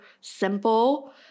simple